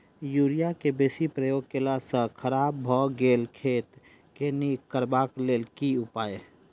Urea केँ बेसी प्रयोग केला सऽ खराब भऽ गेल खेत केँ नीक करबाक लेल की उपाय?